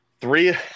three